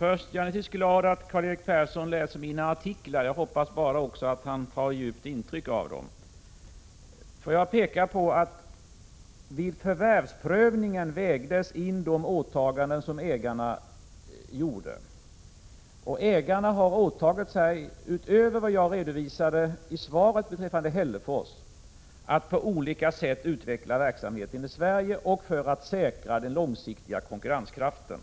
Naturligtvis är jag glad över att Karl-Erik Persson läser mina artiklar. Jag hoppas bara att han också tar djupt intryck av dem. Får jag peka på att de åtaganden som ägarna gjorde var något som vägdes in vid förvärvsprövningen. Ägarna har, utöver vad jag redovisade i svaret beträffande Hällefors, åtagit sig att på olika sätt utveckla verksamheten i Sverige för att säkra den långsiktiga konkurrenskraften.